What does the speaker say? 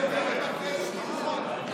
בבקשה, חבר הכנסת מיקי זוהר.